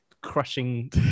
crushing